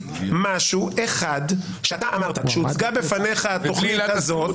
משהו אחד שאתה אמרת כשהוצגה בפניך התוכנית הזאת